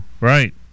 Right